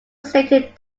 stated